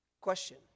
question